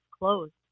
closed